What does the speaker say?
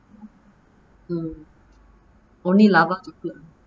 mm only lava to put